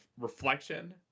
reflection